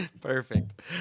Perfect